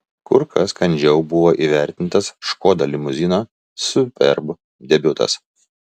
kur kas kandžiau buvo įvertintas škoda limuzino superb debiutas